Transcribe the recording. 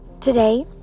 today